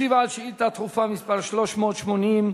ישיב על שאילתא דחופה מס' 380,